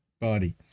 body